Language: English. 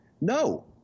No